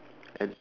and